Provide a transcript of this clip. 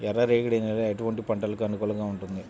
ఎర్ర రేగడి నేల ఎటువంటి పంటలకు అనుకూలంగా ఉంటుంది?